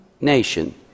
nation